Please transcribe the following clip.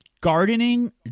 gardening